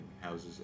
houses